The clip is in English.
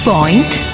Point